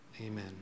Amen